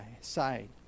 side